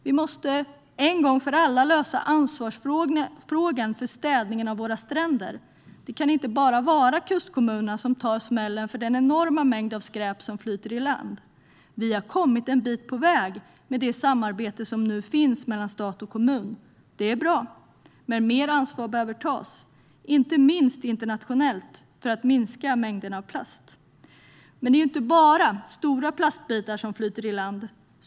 Vi måste en gång för alla lösa frågan om ansvaret för städning av våra stränder. Det kan inte bara vara kustkommunerna som tar smällen för den enorma mängd skräp som flyter i land. Vi har kommit en bit på väg med det samarbete som nu finns mellan stat och kommun. Det är bra, men mer ansvar behöver tas, inte minst internationellt, för att minska mängden av plast. Men det är inte bara stora plastbitar som flyter i land.